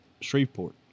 Shreveport